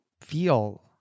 feel